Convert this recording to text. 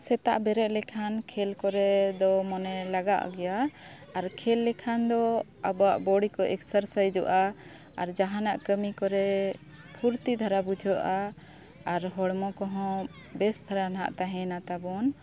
ᱥᱮᱛᱟᱜ ᱵᱮᱨᱮᱫ ᱞᱮᱠᱷᱟᱱ ᱠᱷᱮᱞ ᱠᱚᱨᱮ ᱫᱚ ᱢᱚᱱᱮ ᱞᱟᱜᱟᱜ ᱜᱮᱭᱟ ᱟᱨ ᱠᱷᱮᱞ ᱞᱮᱠᱷᱟᱱ ᱫᱚ ᱟᱵᱚᱣᱟᱜ ᱵᱚᱰᱤ ᱠᱚ ᱮᱠᱥᱟᱨᱥᱟᱭᱤᱡ ᱚᱜᱼᱟ ᱟᱨ ᱡᱟᱦᱟᱱᱟᱜ ᱠᱟᱹᱢᱤ ᱠᱚᱨᱮ ᱯᱷᱩᱨᱛᱤ ᱫᱷᱟᱨᱟ ᱵᱩᱡᱷᱟᱹᱜᱼᱟ ᱟᱨ ᱦᱚᱲᱢᱚ ᱠᱚᱦᱚᱸ ᱵᱮᱥ ᱫᱷᱟᱨᱟ ᱱᱟᱜ ᱛᱟᱦᱮᱱᱟ ᱛᱟᱵᱚᱱ